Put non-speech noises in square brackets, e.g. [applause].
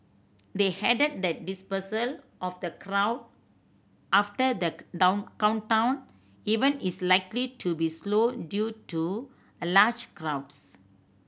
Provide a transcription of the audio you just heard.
they added that dispersal of the crowd after the [unintelligible] countdown event is likely to be slow due to a large crowds